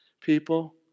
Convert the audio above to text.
People